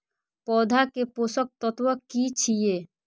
पौधा के पोषक तत्व की छिये?